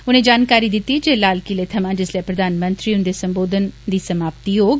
उनें जानकारी दिती जे लाल किले थमां जिस्सलै प्रधानमंत्री हुन्दे सम्बोधन दी समाप्ति होग